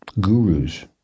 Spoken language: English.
gurus